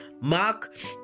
Mark